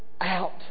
out